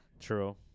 True